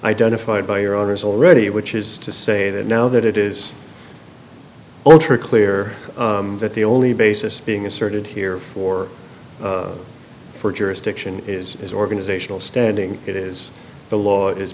identified by your orders already which is to say that now that it is alter clear that the only basis being asserted here for for jurisdiction is as organizational standing it is the law is